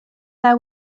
there